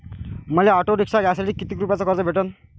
मले auto rickshaw घ्यासाठी कितीक रुपयाच कर्ज भेटनं?